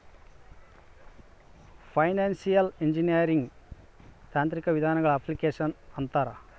financial engineering ತಾಂತ್ರಿಕ ವಿಧಾನಗಳ application ಅಂತಾರ